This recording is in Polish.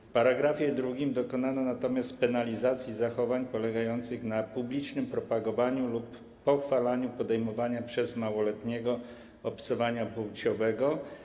W § 2 dokonano natomiast penalizacji zachowań polegających na publicznym propagowaniu lub pochwalaniu podejmowania przez małoletniego obcowania płciowego.